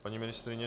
Paní ministryně?